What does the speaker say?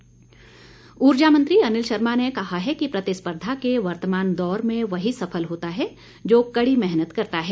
अनिल शर्मा ऊर्जा मंत्री अनिल शर्मा ने कहा है कि प्रतिस्पर्धा के वर्तमान दौर में वही सफल होता है जो कड़ी मेहनत करता है